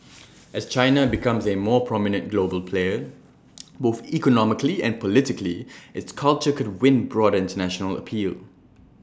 as China becomes A more prominent global player both economically and politically its culture could win broader International appeal